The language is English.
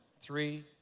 three